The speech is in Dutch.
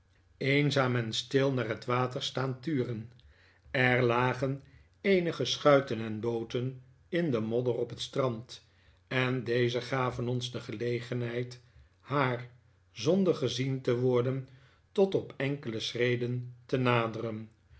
eenzaam en stil naar het water staan turen er lagen eenige schuiten en booten in de modder op het strand en deze gaven ons de gelegenheid haar zonder gezien te worden tot op enkele schreden te naderen